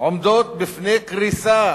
עומדות לפני קריסה,